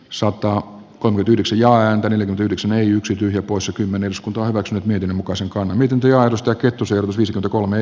sota on tyly sijaan yli yhdeksän yksi tyhjä poissa kymmenen skonto ovat nyt niiden koskaan miten työ aidosta kettu selvisi tuto kolme